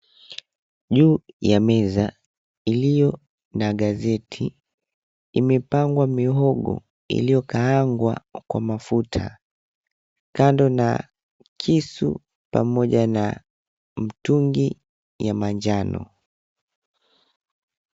Juu ya meza ilio na gazeti imepangwa mihogo iliokaangwa kwa mafuta kando na kisu pamoja na mtungi ya manjano.